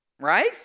right